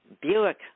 Buick